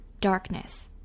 darkness